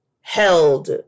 held